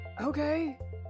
Okay